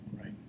right